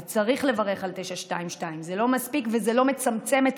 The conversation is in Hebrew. וצריך לברך על 922. זה לא מספיק וזה לא מצמצם את